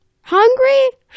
Hungry